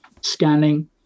scanning